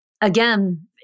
again